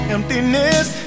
Emptiness